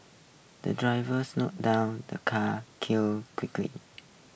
the driver slowed down the car kill quickly